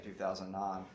2009